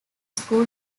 school